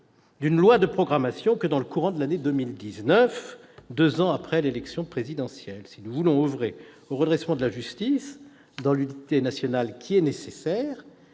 d'une loi de programmation que dans le courant de l'année 2019, deux ans après l'élection présidentielle. Si nous voulons oeuvrer au redressement de la justice dans l'unité nationale nécessaire,